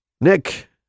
Nick